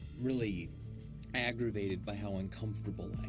really aggravated by how uncomfortable